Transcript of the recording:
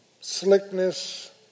Slickness